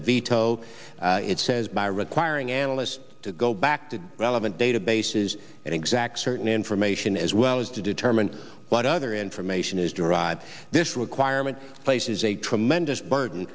veto it says by requiring analysts to go back to the relevant databases and exact certain information as well as to determine what other information is derived this requirement places a tremendous burden